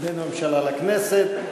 בין הממשלה לכנסת.